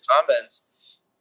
comments